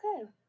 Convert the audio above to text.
okay